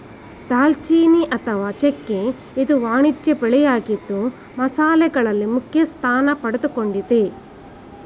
ದಾಲ್ಚಿನ್ನಿ ಅಥವಾ ಚೆಕ್ಕೆ ಇದು ವಾಣಿಜ್ಯ ಬೆಳೆಯಾಗಿದ್ದು ಮಸಾಲೆಗಳಲ್ಲಿ ಮುಖ್ಯಸ್ಥಾನ ಪಡೆದುಕೊಂಡಿದೆ